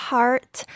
Heart